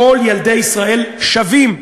כל ילדי ישראל שווים.